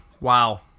Wow